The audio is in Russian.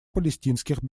палестинских